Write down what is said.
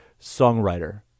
songwriter